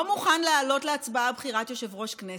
לא מוכן להעלות להצבעה בחירת יושב-ראש כנסת,